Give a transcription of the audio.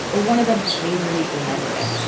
ah one of them hazily remembered it.